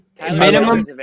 Minimum